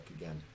again